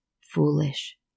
foolish